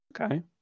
okay